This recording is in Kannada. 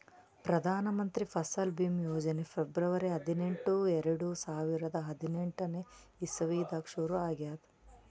ಪ್ರದಾನ್ ಮಂತ್ರಿ ಫಸಲ್ ಭೀಮಾ ಯೋಜನಾ ಫೆಬ್ರುವರಿ ಹದಿನೆಂಟು, ಎರಡು ಸಾವಿರದಾ ಹದಿನೆಂಟನೇ ಇಸವಿದಾಗ್ ಶುರು ಆಗ್ಯಾದ್